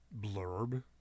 blurb